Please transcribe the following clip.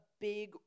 big